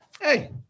Hey